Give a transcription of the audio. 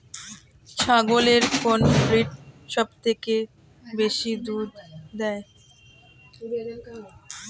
ছাগলের কোন ব্রিড সবথেকে বেশি দুধ দেয়?